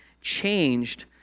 changed